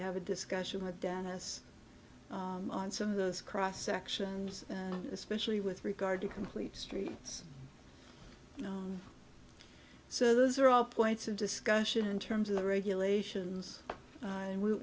to have a discussion with dennis on some of those cross sections especially with regard to complete streets so those are all points of discussion in terms of the regulations and we